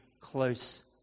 close